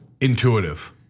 intuitive